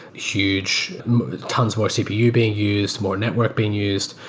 huge tons more cpu being used, more network being used.